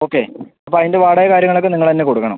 okay അപ്പം അതിൻ്റെ വാടക കാര്യങ്ങൾ ഒക്കെ നിങ്ങൾ തന്നെ കൊടുക്കണം